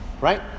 right